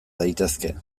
daitezke